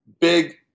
big